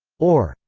or,